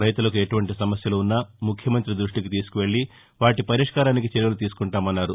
రైతులకు ఎటువంటి సమస్యలున్నా ముఖ్యమంతి దృష్టికి తీసుకెల్లి వాటి పరిష్కరానికి చర్యలు తీసుకుంటామన్నారు